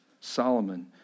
Solomon